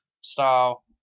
style